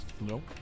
Nope